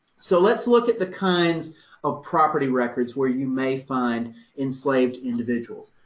so let's look at the kinds of property records, where you may find enslaved individuals.